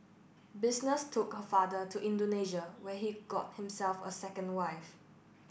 business took her father to Indonesia where he got himself a second wife